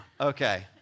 Okay